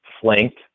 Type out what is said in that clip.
flanked